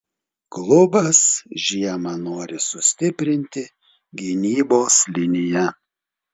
klubas žiemą nori sustiprinti gynybos liniją